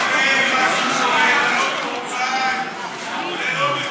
זה לא יפה מה שקורה, זה לא מכובד.